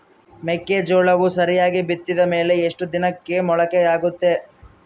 ಮೆಕ್ಕೆಜೋಳವು ಸರಿಯಾಗಿ ಬಿತ್ತಿದ ಮೇಲೆ ಎಷ್ಟು ದಿನಕ್ಕೆ ಮೊಳಕೆಯಾಗುತ್ತೆ?